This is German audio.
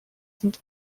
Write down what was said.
sind